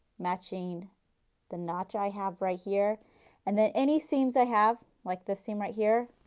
matching the notch i have right here and then any seams i have like the seam right here,